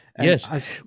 Yes